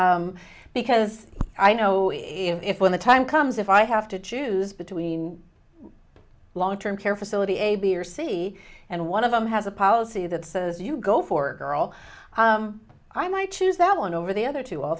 because i know if when the time comes if i have to choose between long term care facility a b or c and one of them has a policy that says you go for girl i might choose that one over the other two all